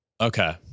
Okay